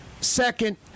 second